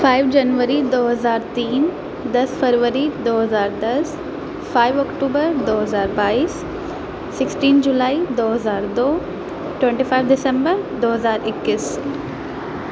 five جنوری دو ہزار تین دس فروری دو ہزار دس فائیو اکٹوبر دو ہزار بائیس سکسٹین جولائی دو ہزار دو ٹوینٹی فائیو دسمبر دو ہزار اکیس